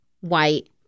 white